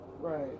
Right